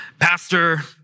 Pastor